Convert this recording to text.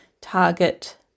target